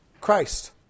Christ